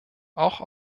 auch